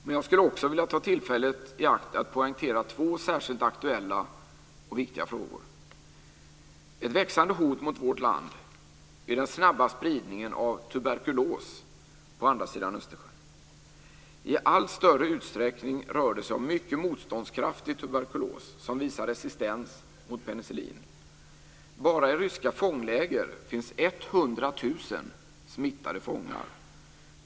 Men jag skulle också vilja ta tillfället i akt att poängtera två särskilt aktuella och viktiga frågor. Ett växande hot mot vårt land är den snabba spridningen av tuberkulos på andra sidan Östersjön. I allt större utsträckning rör det sig om mycket motståndskraftig tuberkulos som visar resistens mot penicillin. Bara i ryska fångläger finns 100 000 smittade fångar.